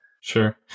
Sure